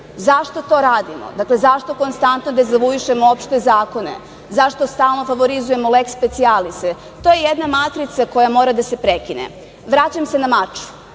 Zašto to radimo? Dakle, zašto konstantno dezavuišemo opšte zakone? Zašto stalno favorizujemo leks specijalise? To je jedna matrica koja mora da se prekine. Vraćam se na Mačvu,